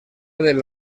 del